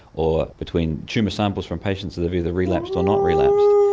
or between tumour samples from patients who have either relapsed or not relapsed.